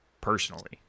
personally